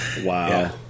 wow